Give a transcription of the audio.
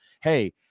Hey